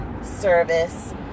service